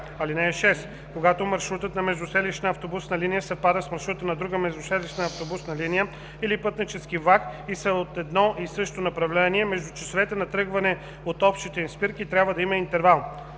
„(6) Когато маршрутът на междуселищна автобусна линия съвпада с маршрута на друга междуселищна автобусна линия или пътнически влак и са от едно и също направление, между часовете на тръгване от общите им спирки трябва да има интервал.